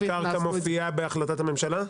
ההגדרה של קרקע מופיעה בהחלטת הממשלה?